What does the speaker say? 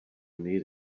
need